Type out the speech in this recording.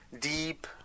Deep